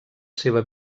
seva